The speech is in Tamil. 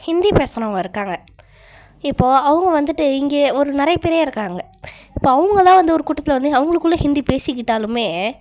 ஹிந்தி பேசுகிறவங்க இருக்காங்க இப்போது அவங்க வந்துட்டு இங்கே ஒரு நிறைய பேரே இருக்காங்க இப்போ அவங்கள்லாம் வந்து ஒரு கூட்டத்தில் அவங்களுக்குள்ள ஹிந்தி பேசிக்கிட்டாலுமே